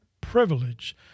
privilege